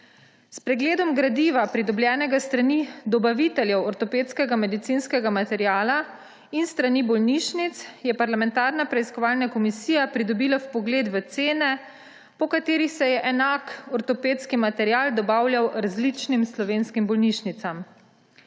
S pregledom gradiva, pridobljenega s strani dobaviteljev ortopedskega medicinskega materiala in s strani bolnišnic, je parlamentarna preiskovalna komisija pridobila vpogled v cene, po katerih se je enak ortopedski material dobavljal različnim slovenskim bolnišnicam.